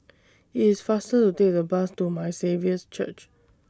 IT IS faster to Take The Bus to My Saviour's Church